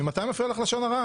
ממתי מפריע לך לשון הרע?